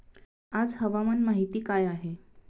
आज हवामान माहिती काय आहे?